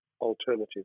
alternative